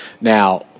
Now